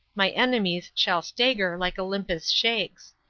my enemies shall stagger like olympus shakes.